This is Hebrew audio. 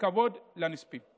ההתלבטויות ואת התחינות שלו אלינו,